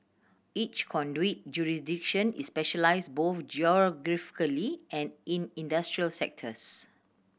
each conduit jurisdiction is specialised both geographically and in industrial sectors